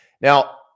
Now